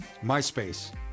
MySpace